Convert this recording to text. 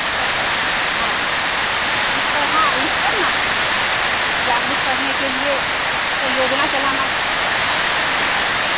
इस पर हाँ इस पर हाँ इस पर ना हाँ जागरूक करने के लिए कोई योजना चलाना ठीक है